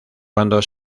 cuando